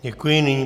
Děkuji.